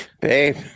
Babe